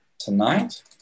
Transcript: Tonight